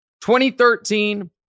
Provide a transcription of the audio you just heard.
2013